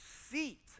seat